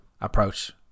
approach